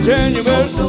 January